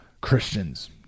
Christians